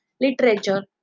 literature